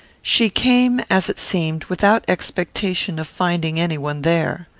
she came, as it seemed, without expectation of finding any one there.